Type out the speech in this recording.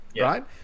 Right